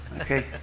okay